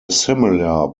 similar